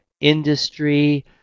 industry